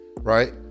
Right